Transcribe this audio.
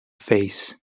face